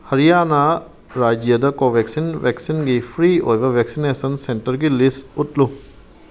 ꯍꯔꯤꯌꯥꯅꯥ ꯔꯥꯖ꯭ꯌꯥꯗ ꯀꯣꯕꯕꯦꯛꯁꯤꯟ ꯕꯦꯛꯁꯤꯟꯒꯤ ꯐ꯭ꯔꯤ ꯑꯣꯏꯕ ꯕꯦꯛꯁꯤꯅꯦꯁꯟ ꯁꯦꯟꯇꯔꯒꯤ ꯂꯤꯁ ꯎꯠꯂꯨ